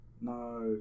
no